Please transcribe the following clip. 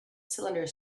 cylinder